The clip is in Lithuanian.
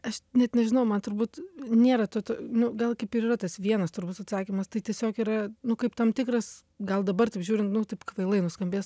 aš net nežinau man turbūt nėra to to nu gal kaip ir yra tas vienas turbūt atsakymas tai tiesiog yra nu kaip tam tikras gal dabar taip žiūrint nu taip kvailai nuskambės